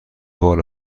بال